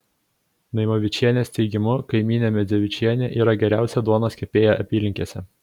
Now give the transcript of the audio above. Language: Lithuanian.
naimavičienės teigimu kaimynė medzevičienė yra geriausia duonos kepėja apylinkėse